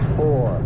four